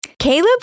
Caleb